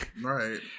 Right